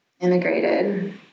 integrated